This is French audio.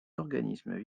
organismes